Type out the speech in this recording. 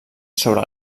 sobre